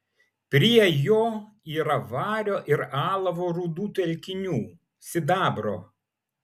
prie jo yra vario ir alavo rūdų telkinių sidabro